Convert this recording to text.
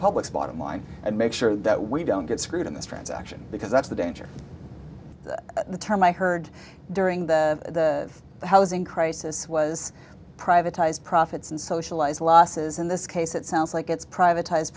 public's bottom line and make sure that we don't get screwed in this transect because that's the danger the term i heard during the housing crisis was privatized profits and socialize losses in this case it sounds like it's privatized